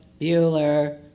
Bueller